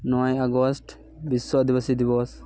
ᱱᱚᱭ ᱟᱜᱚᱥᱴ ᱵᱤᱥᱚ ᱟᱫᱤᱵᱟᱥᱤ ᱫᱤᱵᱚᱥ